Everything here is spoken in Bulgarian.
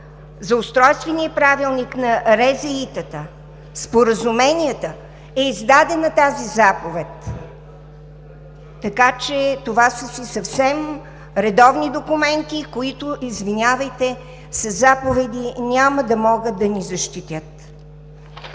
за Устройствения правилник на РЗИ-тата, споразуменията, е издадена тази Заповед. Така че това са си съвсем редовни документи, които, извинявайте, със заповеди няма да могат да ни защитят.